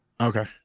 okay